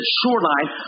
shoreline